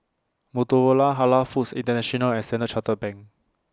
Motorola Halal Foods International and Standard Chartered Bank